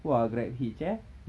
!wah! grabhitch eh